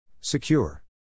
Secure